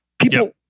People